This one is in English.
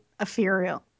Ethereal